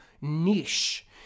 niche